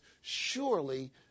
Surely